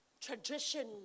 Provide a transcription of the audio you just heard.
Tradition